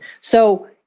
So-